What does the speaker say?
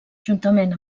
juntament